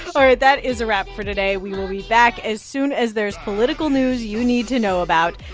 all right. that is a wrap for today. we will be back as soon as there's political news you need to know about.